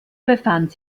befand